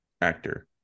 actor